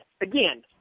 again